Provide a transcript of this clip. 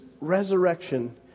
resurrection